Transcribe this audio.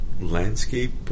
landscape